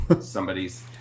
somebody's